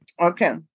Okay